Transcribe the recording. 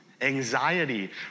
anxiety